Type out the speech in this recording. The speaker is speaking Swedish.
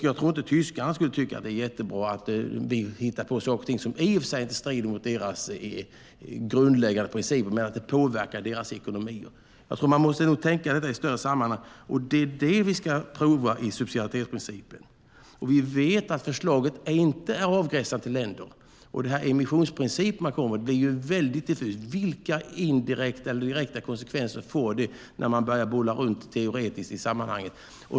Jag tror inte att tyskarna skulle tycka att det var jättebra att vi hittade på saker och ting som i och för sig inte strider mot deras grundläggande principer men som påverkar deras ekonomi. Jag tror att man nog måste tänka i större sammanhang, och det är det vi ska pröva i subsidiaritetsprincipen. Vi vet att förslaget inte är avgränsat till länder. Den emissionsprincip som kommer blir väldigt diffus. Vilka indirekta eller direkta konsekvenser får detta när man börjar bolla runt det teoretiskt i sammanhanget?